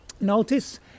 notice